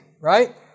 right